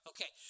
Okay